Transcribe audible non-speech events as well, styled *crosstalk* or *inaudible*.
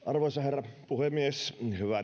*unintelligible* arvoisa herra puhemies hyvät